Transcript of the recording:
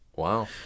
Wow